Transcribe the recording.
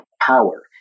power